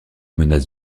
menaces